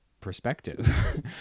perspective